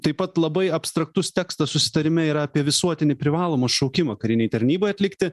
taip pat labai abstraktus tekstas susitarime yra apie visuotinį privalomą šaukimą karinei tarnybai atlikti